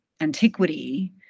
antiquity